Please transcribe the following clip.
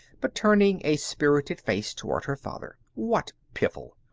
but turning a spirited face toward her father. what piffle!